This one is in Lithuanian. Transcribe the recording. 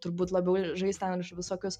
turbūt labiau žais ten visokius